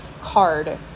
card